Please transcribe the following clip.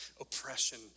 oppression